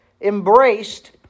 embraced